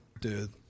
dude